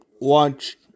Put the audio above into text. watch